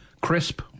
crisp